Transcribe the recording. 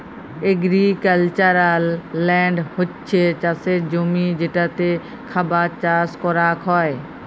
agricultural land হছ্যে চাসের জমি যেটাতে খাবার চাস করাক হ্যয়